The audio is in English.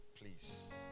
Please